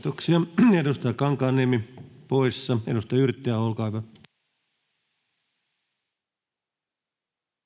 [Speech 114] Speaker: Ensimmäinen varapuhemies